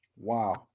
Wow